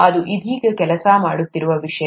ಇದು ಇದೀಗ ಕೆಲಸ ಮಾಡುತ್ತಿರುವ ವಿಷಯ